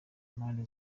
mpande